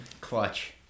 Clutch